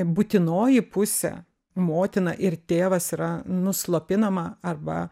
būtinoji pusė motina ir tėvas yra nuslopinama arba